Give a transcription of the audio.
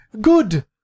Good